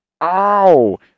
Ow